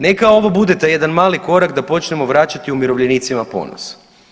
Neka ovo bude taj jedan mali korak da počnemo vraćati umirovljenicima ponos.